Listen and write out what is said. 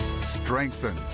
strengthen